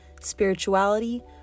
spirituality